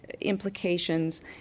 implications